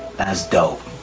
that's dope,